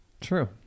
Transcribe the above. True